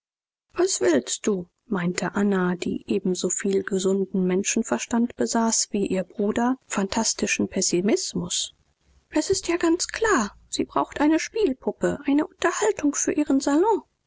was willst du meinte anna die ebensoviel gesunden menschenverstand besaß wie ihr bruder phantastischen pessimismus es ist ja ganz klar sie braucht eine spielpuppe eine unterhaltung für ihren salon